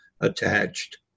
attached